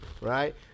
Right